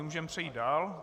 Můžeme přejít dál.